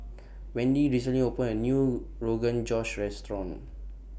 Wendy recently opened A New Rogan Josh Restaurant